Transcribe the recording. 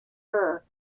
her